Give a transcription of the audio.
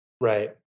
Right